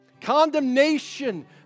Condemnation